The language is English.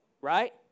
right